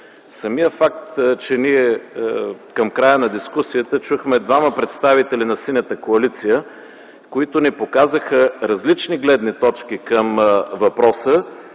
Самият факт, че ние към края на дискусията чухме двама представители на Синята коалиция, които ни показаха различни гледни точки към въпроса,